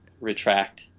retract